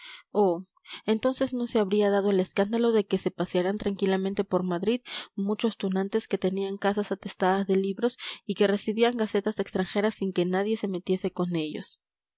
oh entonces no se habría dado el escándalo de que se pasearan tranquilamente por madrid muchos tunantes que tenían casas atestadas de libros y que recibían gacetas extranjeras sin que nadie se metiese con ellos